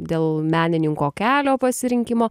dėl menininko kelio pasirinkimo